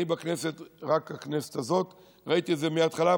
ואני בכנסת הזאת ראיתי את זה מההתחלה,